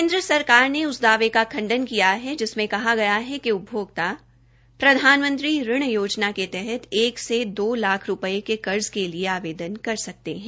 केन्द्र सरकार ने उस दावे का खंडन किया है जिसमे कहा गया है उपभोक्ता प्रधानमंत्री ऋण योजना के तहत एक से दो लाख रूपये रूपये के कर्ज के लिए आवदेन कर सकते है